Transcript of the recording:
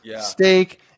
steak